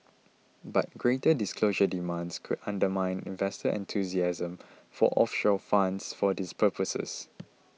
but greater disclosure demands could undermine investor enthusiasm for offshore funds for these purposes